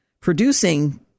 producing